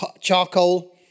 charcoal